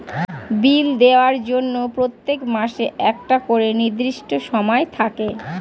বিল দেওয়ার জন্য প্রত্যেক মাসে একটা করে নির্দিষ্ট সময় থাকে